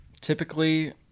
typically